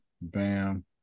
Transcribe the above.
bam